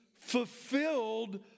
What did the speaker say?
fulfilled